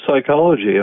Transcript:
psychology